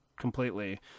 completely